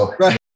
Right